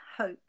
hope